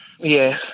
Yes